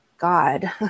God